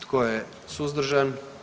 Tko je suzdržan?